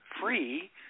free